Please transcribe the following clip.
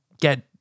get